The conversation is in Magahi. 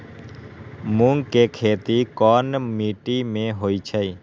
मूँग के खेती कौन मीटी मे होईछ?